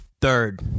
third